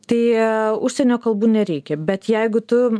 tai užsienio kalbų nereikia bet jeigu tu